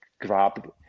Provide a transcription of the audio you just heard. grab